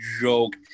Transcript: joke